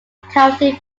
accounting